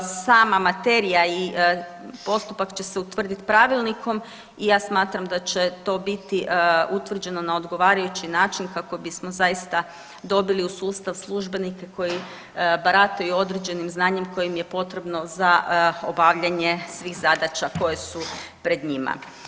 Sama materija i postupak će se utvrdit pravilnikom i ja smatram da će to biti utvrđeno na odgovarajući način kako bismo zaista dobili u sustav službenike koji barataju određenim znanjem koje im je potrebno za obavljanje svih zadaća koje su pred njima.